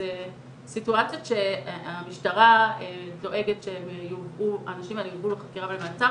בסיטואציות שהמשטרה דואגת שהאנשים האלו יובאו לחקירה במעצר,